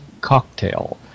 Cocktail